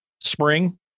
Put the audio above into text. Spring